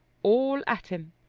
all at him.